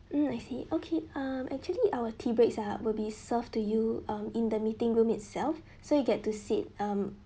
mm I see okay um actually our tea breaks are will be served to you um in the meeting room itself so you get to sit um